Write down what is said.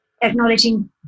acknowledging